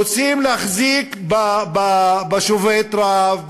רוצים להחזיק בשובת הרעב,